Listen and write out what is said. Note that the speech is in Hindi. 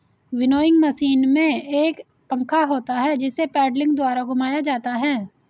विनोइंग मशीन में एक पंखा होता है जिसे पेडलिंग द्वारा घुमाया जाता है